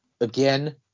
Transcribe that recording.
again